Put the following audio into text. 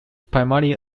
primary